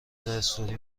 استوری